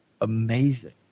amazing